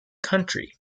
country